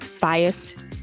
biased